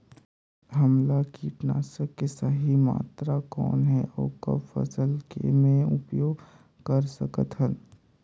हमला कीटनाशक के सही मात्रा कौन हे अउ कब फसल मे उपयोग कर सकत हन?